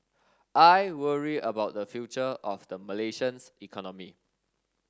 I worry about the future of the Malaysians economy